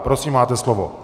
Prosím, máte slovo.